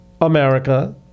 America